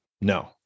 no